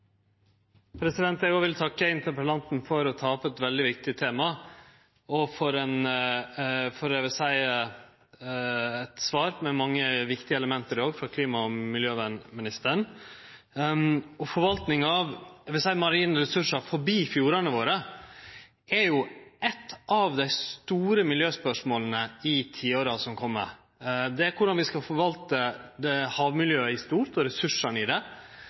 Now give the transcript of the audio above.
vil òg takke interpellanten for å ta opp eit veldig viktig tema, og for svaret frå klima- og miljøministeren med mange viktige element. Forvalting av dei marine ressursane utanfor fjordane våre er eit av dei store miljøspørsmåla i tiåra som kjem. Det gjeld korleis vi skal forvalte havmiljøet i stort og ressursane i det,